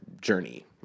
journey